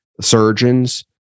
surgeons